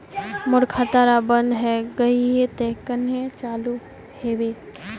मोर खाता डा बन है गहिये ते कन्हे चालू हैबे?